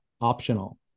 optional